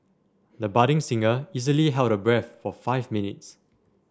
the budding singer easily held her breath for five minutes